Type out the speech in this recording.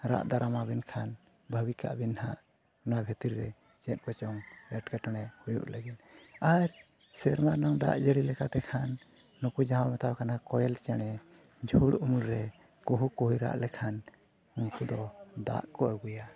ᱨᱟᱜ ᱫᱟᱨᱟᱢ ᱟᱹᱵᱤᱱ ᱠᱷᱟᱱ ᱵᱷᱟᱹᱵᱤ ᱠᱟᱜ ᱵᱤᱱ ᱱᱟᱦᱟᱜ ᱱᱚᱣᱟ ᱠᱷᱟᱹᱛᱨᱤ ᱜᱮ ᱪᱮᱫ ᱠᱚᱪᱚᱝ ᱮᱴᱠᱮᱴᱚᱬᱮ ᱦᱩᱭᱩᱜ ᱞᱟᱹᱜᱤᱫ ᱟᱨ ᱥᱮᱨᱢᱟ ᱨᱮᱱᱟᱜ ᱫᱟᱜ ᱡᱟᱹᱲᱤ ᱞᱮᱠᱟ ᱛᱮᱠᱷᱟᱱ ᱱᱩᱠᱩ ᱡᱟᱦᱟᱸ ᱢᱮᱛᱟ ᱠᱚ ᱠᱟᱱᱟ ᱠᱚᱭᱮᱞ ᱪᱮᱬᱮ ᱡᱷᱩᱲ ᱩᱢᱩᱞᱨᱮ ᱠᱩᱦᱩᱼᱠᱩᱦᱩᱭ ᱨᱟᱜ ᱞᱮᱠᱷᱟᱱ ᱱᱩᱠᱩ ᱫᱚ ᱫᱟᱜᱠᱚ ᱟᱹᱜᱩᱭᱟ